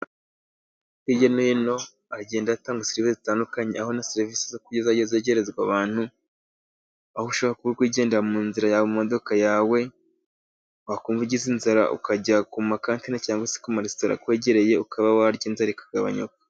Hirya no hino hagenda atangwa sirivise zitandukanye, aho na serivisi zo kurya zagiye zegerezwa abantu, aho ushobora kuba uri kwigendera mu nzira yawe mu modoka yawe, wakumva ugize inzara ukajya kuma kantine, cyangwa se ku maresitora akwegereye, ukaba warya inzara ikagabanyuka.